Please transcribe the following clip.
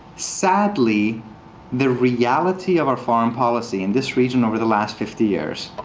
sadly the reality of our foreign policy in this region over the last fifty years,